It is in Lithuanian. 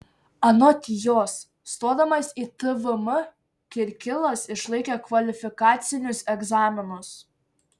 anot jos stodamas į tvm kirkilas išlaikė kvalifikacinius egzaminus